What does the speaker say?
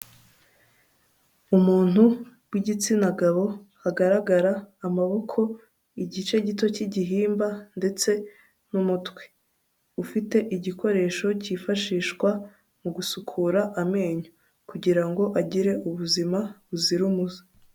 Umuntu w'igitsina gabo hagaragara amaboko igice gito cy'igihimba ndetse n'umutwe, ufite igikoresho cyifashishwa mu gusukura amenyo kugira ngo agire ubuzima buzira umuze.